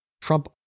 Trump